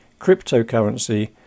cryptocurrency